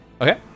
Okay